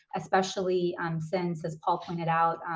especially since, as paul pointed out,